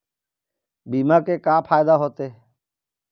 बीमा के का फायदा होते?